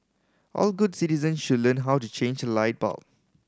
all good citizen should learn how to change light bulb